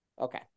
okay